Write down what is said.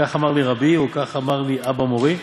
כך אמר לי רבי, או כך אמר לי אבא מורי,